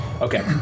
Okay